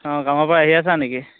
অঁ কামৰ পৰা আহি আছা নেকি